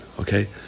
okay